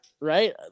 Right